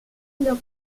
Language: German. lópez